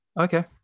Okay